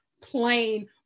plain